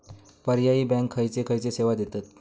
पर्यायी बँका खयचे खयचे सेवा देतत?